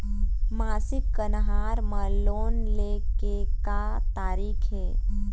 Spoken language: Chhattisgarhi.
मासिक कन्हार म लोन ले के का तरीका हे?